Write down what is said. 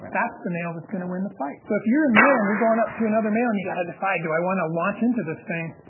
that's the male that's gonna win the fight. so if you're a male and you're going up to another male and you gotta decide do i wanna launch into this thing,